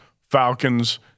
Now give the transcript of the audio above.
Falcons